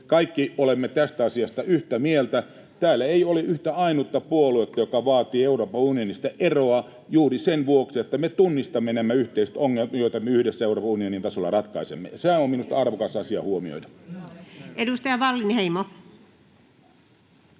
— olemme tästä asiasta yhtä mieltä. Täällä ei ole yhtä ainutta puoluetta, joka vaatisi Euroopan unionista eroa, juuri sen vuoksi, että me tunnistamme nämä yhteiset ongelmat, joita me yhdessä Euroopan unionin tasolla ratkaisemme. Se on minusta arvokas asia huomioida. [Speech